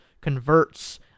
converts